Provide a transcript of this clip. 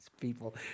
people